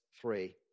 three